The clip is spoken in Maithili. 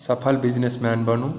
सफल बिजनेसमैन बनू